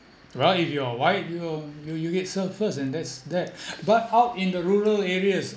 right if you are white you'll you you get served first and that's that but out in the rural areas